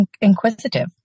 inquisitive